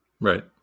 Right